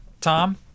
Tom